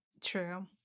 True